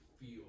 feel